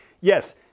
Yes